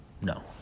No